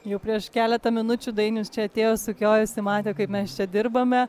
jau prieš keletą minučių dainius čia atėjo sukiojosi matė kaip mes čia dirbame